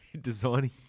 designing